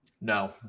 No